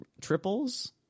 triples